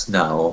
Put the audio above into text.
now